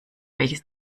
welches